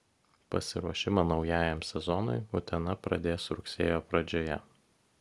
pasiruošimą naujajam sezonui utena pradės rugsėjo pradžioje